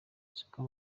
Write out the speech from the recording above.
siko